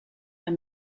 las